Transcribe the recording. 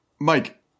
Mike